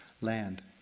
land